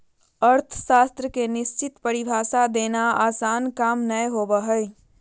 अर्थशास्त्र के निश्चित परिभाषा देना आसन काम नय होबो हइ